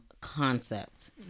concept